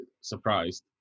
surprised